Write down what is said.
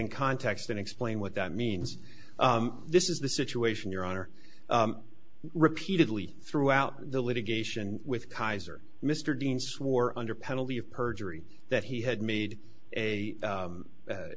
in context and explain what that means this is the situation your honor repeatedly throughout the litigation with kaiser mr dean swore under penalty of perjury that he had made a